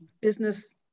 business